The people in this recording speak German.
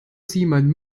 simon